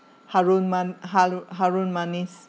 harum man~ haru~ harum manis